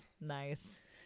nice